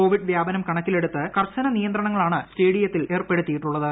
Covid വ്യാപനം കണക്കിലെടുത്ത് കർശന നിയന്ത്രണങ്ങളാണ് സ്റ്റേഡിയങ്ങളിൽ ഏർപ്പെടുത്തിയിട്ടുള്ളത്